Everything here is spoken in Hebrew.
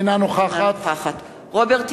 אינה נוכחת רוברט טיבייב,